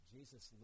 Jesus